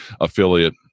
affiliate